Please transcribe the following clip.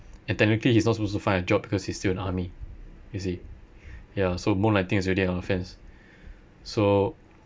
and technically he's not supposed to find a job because he's still in the army you see ya so moonlighting is already an offence so